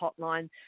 hotline